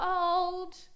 old